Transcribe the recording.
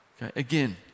Again